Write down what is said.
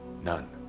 None